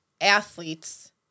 athletes